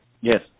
Yes